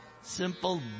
Simple